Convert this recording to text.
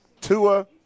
Tua